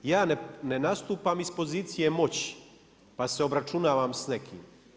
Ja ne nastupam iz pozicije moći pa se obračunavam s nekim.